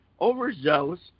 overzealous